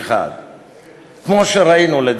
שהוא החזון בעצם.